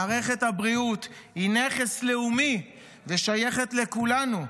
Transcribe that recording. מערכת הבריאות היא נכס לאומי ושייכת לכולנו.